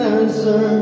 answer